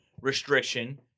restriction